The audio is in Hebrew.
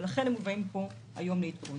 לכן, הם מובאים היום לעדכון.